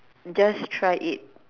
just try it